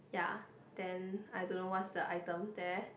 ya then I don't know what's the item there